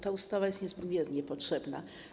Ta ustawa jest niezmiernie potrzebna.